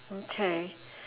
okay